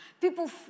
People